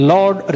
Lord